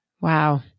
Wow